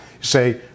say